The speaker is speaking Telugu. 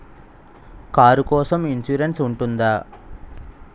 కారు కోసం ఇన్సురెన్స్ ఉంటుందా?